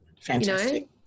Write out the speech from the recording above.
Fantastic